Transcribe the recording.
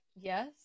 yes